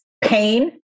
pain